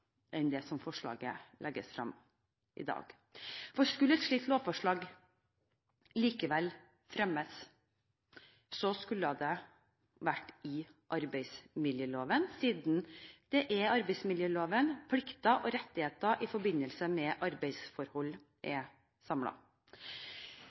For skulle et slikt lovforslag likevel fremmes, skulle det vært i forbindelse med arbeidsmiljøloven, siden det er i arbeidsmiljøloven plikter og rettigheter i forbindelse med arbeidsforhold er samlet. Høyre mener prinsipielt at lovendringer bør forbeholdes ønsket om å endre rettstilstanden. Så er